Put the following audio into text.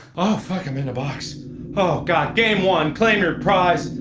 oh fuck i'm in the box oh god game one claim your prize.